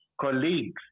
Colleagues